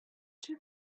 two